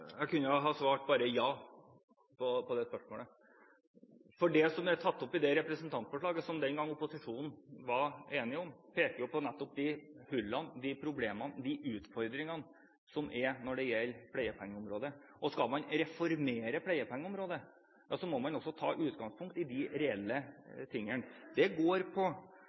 Jeg kunne ha svart bare ja på det spørsmålet. Representantforslaget, som opposisjonen den gangen var enig om, peker jo på nettopp hullene, problemene og utfordringene på pengepleieområdet. Skal man reformere pleiepengeområdet, må man også ta utgangspunkt i de reelle tingene, uavhengig av om det er sykdomsbildet som skal være avgjørende for om man skal få pleiepenger eller ikke. Det er noe vi skal gå igjennom og se på